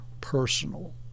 personal